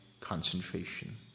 concentration